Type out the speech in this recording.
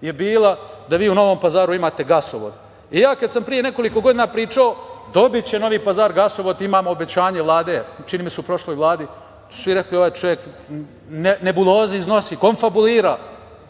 je bila da vi u Novom Pazaru imate gasovod. Kada sam pre nekoliko godina pričao - dobiće Novi Pazar gasovod, imam obećanje Vlade, čini mi se u prošloj Vladi, svi su rekli ovaj čovek nebuloze iznosi, konfabulira.